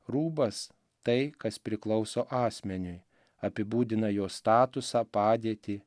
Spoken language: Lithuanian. rūbas tai kas priklauso asmeniui apibūdina jo statusą padėtį